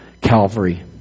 Calvary